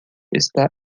está